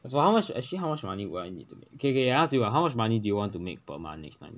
as for how much actually how much money will I need to okay okay I ask you ah how much money do you want to make per month next time